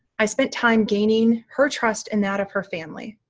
i spent time gaining her trust and that of her family.